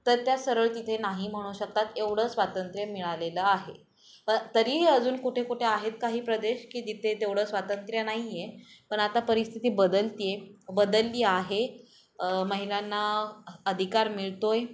तर त्या सरळ तिथे नाही म्हणू शकतात एवढं स्वातंत्र्य मिळालेलं आहे मग तरीही अजून कुठे कुठे आहेत काही प्रदेश की जिथे तेवढं स्वातंत्र्य नाही आहे पण आता परिस्थिती बदलते आहे बदलली आहे महिलांना अधिकार मिळतो आहे